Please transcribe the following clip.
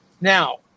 Now